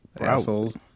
Assholes